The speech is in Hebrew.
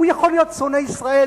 הוא יכול להיות שונא ישראל,